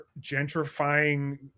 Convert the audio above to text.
gentrifying